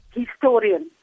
historian